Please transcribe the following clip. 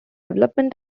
development